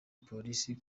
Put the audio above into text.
polisi